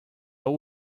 but